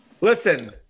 Listen